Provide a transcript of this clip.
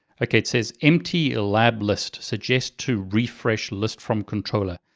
okay, it says empty ah lab list suggest to refresh list from controller.